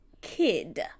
kid